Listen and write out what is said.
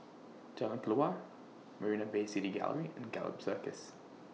Jalan Kelawar Marina Bay City Gallery and Gallop Circus